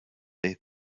they